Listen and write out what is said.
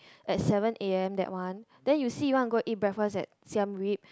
at seven am that one then you see you wanna go eat breakfast at Siem Reap